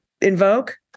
invoke